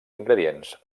ingredients